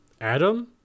Adam